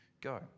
go